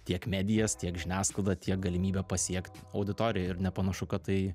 tiek medijas tiek žiniasklaidą tiek galimybę pasiekt auditoriją ir nepanašu kad tai